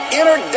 inner